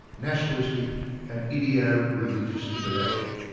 nationalistic and ideo-religious interaction.